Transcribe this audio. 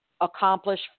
accomplish